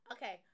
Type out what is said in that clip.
Okay